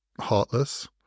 heartless